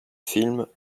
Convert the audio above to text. films